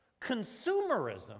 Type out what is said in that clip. Consumerism